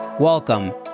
Welcome